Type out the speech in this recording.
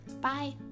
Bye